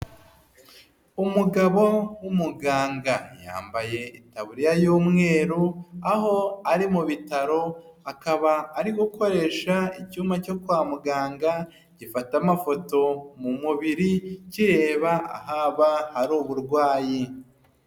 Umugabo w'umuganga, yambaye itaburiya y'umweru aho ari mu bitaro, akaba ari gukoresha icyuma cyo kwa muganga gifata amafoto mu mubiri kireba ahaba hari uburwayi.